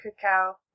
cacao